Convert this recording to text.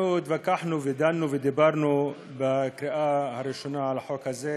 אנחנו התווכחנו ודנו ודיברנו בקריאה הראשונה על החוק הזה,